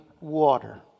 water